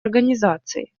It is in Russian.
организации